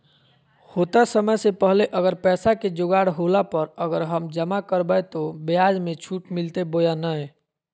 होतय समय से पहले अगर पैसा के जोगाड़ होला पर, अगर हम जमा करबय तो, ब्याज मे छुट मिलते बोया नय?